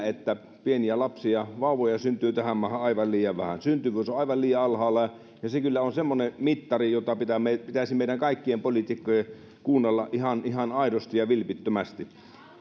että pieniä lapsia vauvoja syntyy tähän maahan aivan liian vähän syntyvyys on aivan liian alhaalla ja se kyllä on semmoinen mittari jota pitäisi meidän kaikkien poliitikkojen kuunnella ihan ihan aidosti ja vilpittömästi